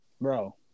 Bro